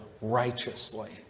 righteously